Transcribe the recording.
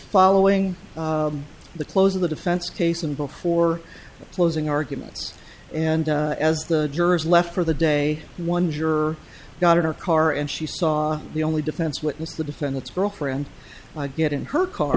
following the close of the defense case and before closing arguments and as the jurors left for the day one juror got in her car and she saw the only defense witness the defendant's girlfriend i get in her car